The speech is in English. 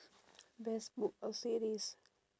best book or series